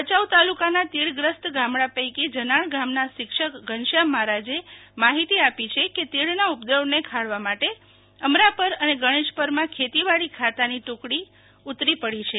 ભયાઉ તાલુકા ના તિડ ગ્રસ્ત ગામડા પૈકી જનાણ ગામ ના શિક્ષક ઘનશ્યામ મહારાજે માહિતી આપી છે કે તીડ ના ઉપદ્રવ ને ખાળવા માટે અમરાપર અને ગણેશપર માં ખેતીવાડી ખાતા ની ટુકડી ઉતરી પડી છે